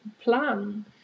plan